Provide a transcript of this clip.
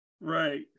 Right